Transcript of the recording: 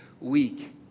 week